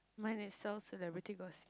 mine is sell celebrity gossip